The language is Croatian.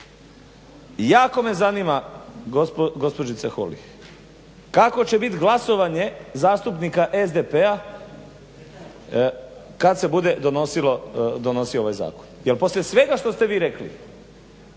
Jako me zanima gospođice Holy kakvo će bit glasovanje zastupnika SDP-a kad se bude donosio ovaj zakon jer poslije svega što ste vi rekli